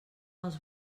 els